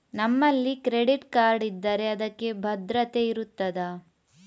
ನಮ್ಮಲ್ಲಿ credit card ಇದ್ದರೆ ಅದಕ್ಕೆ ಭದ್ರತೆ ಇರುತ್ತದಾ?